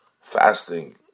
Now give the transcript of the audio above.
fasting